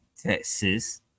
Texas